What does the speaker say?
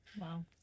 Wow